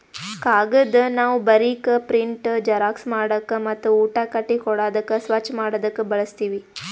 ಕಾಗದ್ ನಾವ್ ಬರೀಕ್, ಪ್ರಿಂಟ್, ಜೆರಾಕ್ಸ್ ಮಾಡಕ್ ಮತ್ತ್ ಊಟ ಕಟ್ಟಿ ಕೊಡಾದಕ್ ಸ್ವಚ್ಚ್ ಮಾಡದಕ್ ಬಳಸ್ತೀವಿ